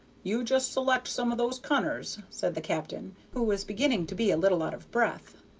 you just select some of those cunners, said the captain, who was beginning to be a little out of breath,